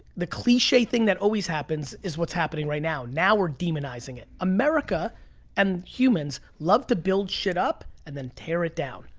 the cliche thing that always happens is what's happening right now. now we're demonizing it. america and humans love to build shit up and then tear it down.